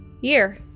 year